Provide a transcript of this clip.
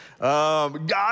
God